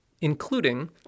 including